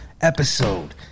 Episode